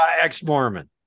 ex-Mormon